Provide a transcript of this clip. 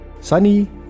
Sunny